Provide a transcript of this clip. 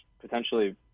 potentially